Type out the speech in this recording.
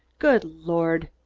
good lord!